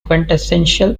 quintessential